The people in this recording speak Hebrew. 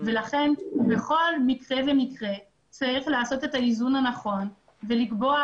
ולכן בכל מקרה ומקרה צריך לעשות את האיזון הנכון ולקבוע